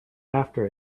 after